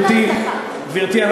להגיד את זה, המילה הזאת "אפרטהייד".